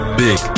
big